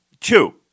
two